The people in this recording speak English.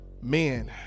man